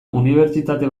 unibertsitate